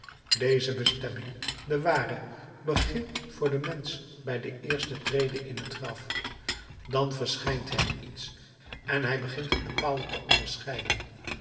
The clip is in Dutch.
deze bestemming de ware begint voor den mensch bij de eerste trede in het graf dan verschijnt hem iets en hij begint het bepaalde te onderscheiden